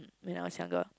when I was younger